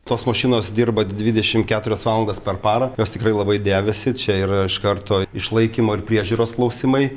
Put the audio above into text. tos mašinos dirba dvidešimt keturias valandas per parą jos tikrai labai dėvisi čia yra iš karto išlaikymo ir priežiūros klausimai